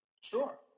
Sure